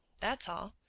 that's all.